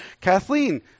Kathleen